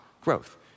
growth